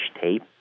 tape